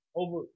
over